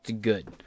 good